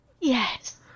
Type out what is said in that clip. Yes